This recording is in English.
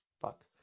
fuck